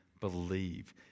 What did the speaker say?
believe